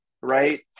right